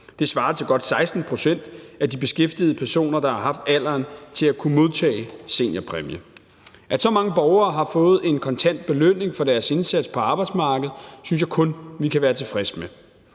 Det svarer til godt 16 pct. af de beskæftigede personer, der har haft alderen til at kunne modtage seniorpræmie. At så mange borgere har fået en kontant belønning for deres indsats på arbejdsmarkedet, synes jeg kun vi kan være tilfredse med.